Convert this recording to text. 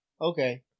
Okay